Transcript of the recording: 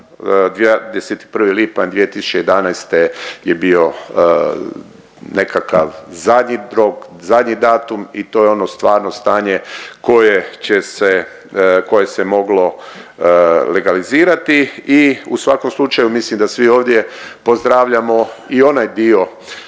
21. lipanj 2011. je bio nekakav zadnji rok, zadnji datum i to je ono stvarno stanje koje će se, koje se moglo legalizirati i u svakom slučaju mislim da svi ovdje pozdravljamo i onaj dio